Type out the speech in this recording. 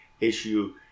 issue